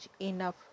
enough